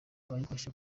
abayikoresha